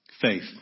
Faith